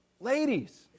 Ladies